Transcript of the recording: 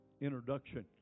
introduction